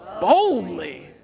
boldly